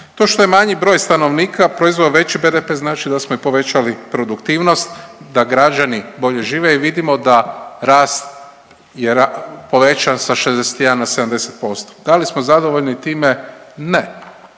To što je manji broj stanovnika proizveo veći BDP znači da smo i povećali produktivnost da građani bolje žive i vidimo da rast je povećan sa 61 na 70%. Da li smo zadovoljni time? Ne.